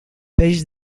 peix